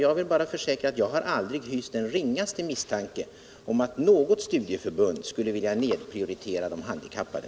Jag vill bara försäkra att jag aldrig hyst den ringaste misstanke om att något studieförbund skulle vilja nedprioritera de handikappade.